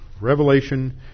Revelation